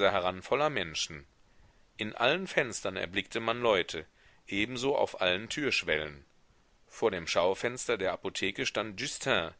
heran voller menschen in allen fenstern erblickte man leute ebenso auf allen türschwellen vor dem schaufenster der apotheke stand justin